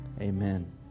amen